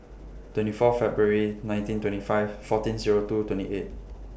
twenty four February nineteen twenty five fourteen Zero two twenty eight